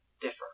differ